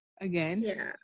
again